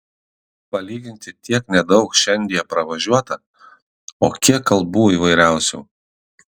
palyginti tiek nedaug šiandie pravažiuota o kiek kalbų įvairiausių